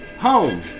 Home